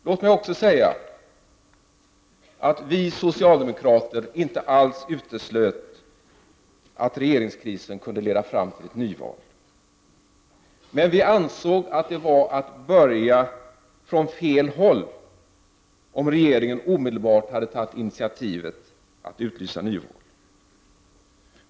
Låt mig också säga att vi socialdemokrater inte alls uteslöt att regeringskrisen kunde leda fram till ett nyval. Men vi ansåg att det hade varit att börja från fel håll om regeringen omedelbart hade tagit initiativ att utlysa nyval.